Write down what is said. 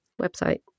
website